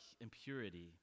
impurity